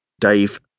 Dave